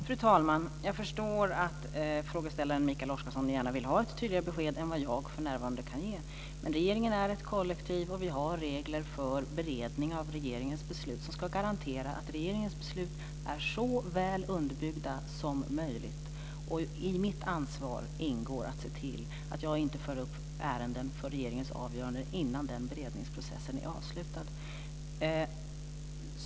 Fru talman! Jag förstår att frågeställaren Mikael Oscarsson gärna vill ha ett tydligare besked än vad jag för närvarande kan ge. Men regeringen är ett kollektiv, och vi har regler för beredning av regeringens beslut som ska garantera att regeringens beslut är så väl underbyggda som möjligt. I mitt ansvar ingår att se till att jag inte för upp ärenden för regeringens avgörande innan den beredningsprocessen är avslutad.